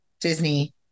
Disney